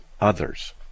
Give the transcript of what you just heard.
others